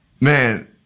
Man